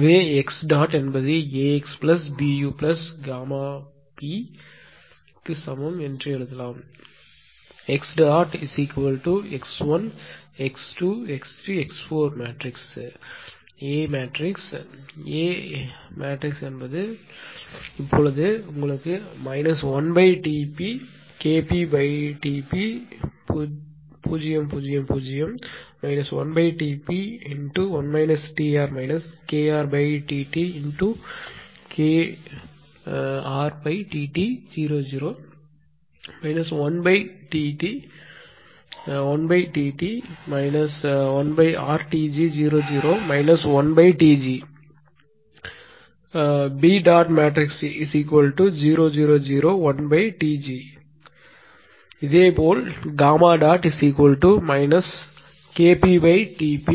எனவே X AxBuΓp க்கு சமம் என எழுதலாம் Xx1 x2 x3 x4 A அணி இந்த அணி A 1Tp KpTp 0 0 0 1Tr krTt 0 0 1Tt 1Tt 1RTg 0 0 1Tg B0 0 0 1Tg இதேபோல் KpTp